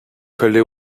collée